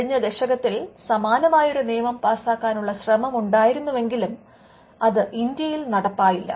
കഴിഞ്ഞ ദശകത്തിൽ സമാനമായ ഒരു നിയമം പാസാക്കാനുള്ള ശ്രമമുണ്ടായിരുന്നുവെങ്കിലും അത് ഇന്ത്യയിൽ നടപ്പായില്ല